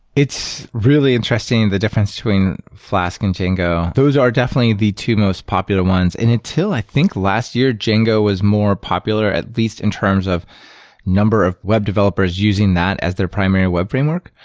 it's really interesting the difference between flask and django. those are definitely the two most popular ones. and until i think last year, django was more popular at least in terms of number of web developers using that as their primary web framework.